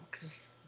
cause